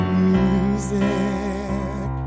music